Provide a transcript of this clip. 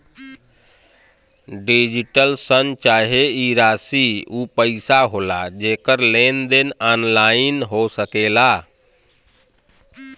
digital शन चाहे ई राशी ऊ पइसा होला जेकर लेन देन ऑनलाइन हो सकेला